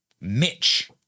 Mitch